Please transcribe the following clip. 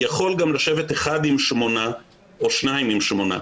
יכול גם לשבת אחד עם שמונה או שניים עם שמונה,